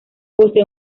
posee